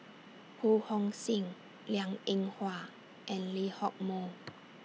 Ho Hong Sing Liang Eng Hwa and Lee Hock Moh